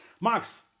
Max